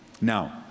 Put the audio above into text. Now